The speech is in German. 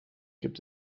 gibt